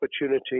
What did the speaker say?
opportunity